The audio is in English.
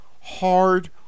hard